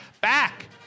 Back